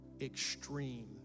extreme